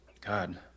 God